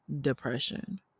depression